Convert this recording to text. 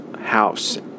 house